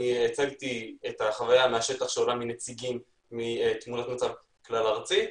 ייצגתי את החוויה מהשטח שעולה מתמונת מצב כלל ארצית.